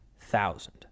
thousand